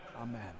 Amen